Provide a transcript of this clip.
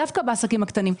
דווקא בעסקים הקטנים.